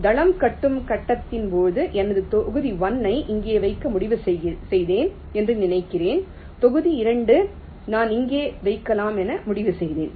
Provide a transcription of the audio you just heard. தளம் கட்டும் கட்டத்தின் போது எனது தொகுதி 1 ஐ இங்கே வைக்க முடிவு செய்தேன் என்று நினைக்கிறேன் தொகுதி 2 நான் இங்கே வைக்கலாம் என முடிவு செய்தேன்